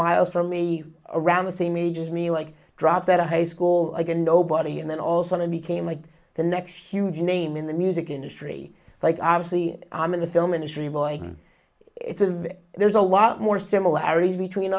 miles from me around the same age as me like dropped out of high school like a nobody and then all sort of became like the next huge name in the music industry like obviously i'm in the film industry boy it's a there's a lot more similarities between